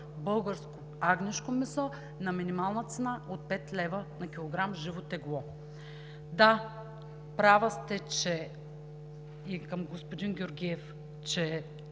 българско агнешко месо на минимална цена от 5 лв. на килограм живо тегло. Да, права сте, и към господин Георгиев, че